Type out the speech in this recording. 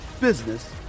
business